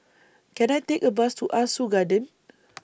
Can I Take A Bus to Ah Soo Garden